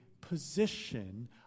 position